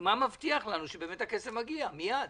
מה מבטיח לנו שבאמת הכסף מגיע מייד.